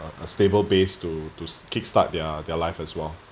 a a stable base to to kickstart their their life as well